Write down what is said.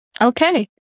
Okay